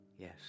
Yes